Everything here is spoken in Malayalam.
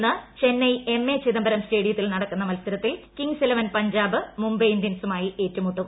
ഇന്ന് ചെന്നൈ എംഎ ചിദംബരം സ്റ്റേഡിയത്തിൽ നടക്കുന്ന മത്സരത്തിൽ കിംഗ്സ് ഇലവൻ പഞ്ചാബ് മുംബൈ ഇന്ത്യൻസുമായി ഏറ്റുമുട്ടും